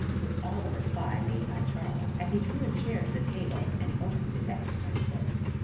was all the reply made by charles, as he drew a chair to the table and opened his exercise books.